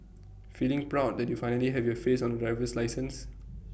feeling proud that you finally have your face on A driver's license